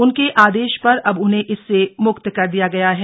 उनके आदेश पर अब उन्हें इससे म्क्त कर दिया गया है